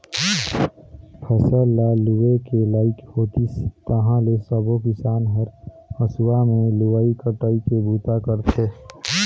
फसल ल लूए के लइक होतिस ताहाँले सबो किसान हर हंसुआ में लुवई कटई के बूता करथे